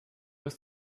ist